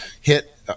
hit